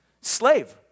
slave